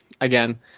again